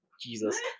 Jesus